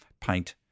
paint